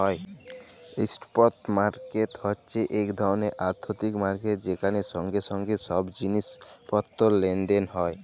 spot market হছে ইক ধরলের আথ্থিক মার্কেট যেখালে সঙ্গে সঙ্গে ছব জিলিস পত্তর লেলদেল হ্যয়